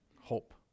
hope